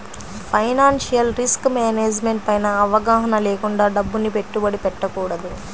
financial risk management పైన అవగాహన లేకుండా డబ్బుని పెట్టుబడి పెట్టకూడదు